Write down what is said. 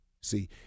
See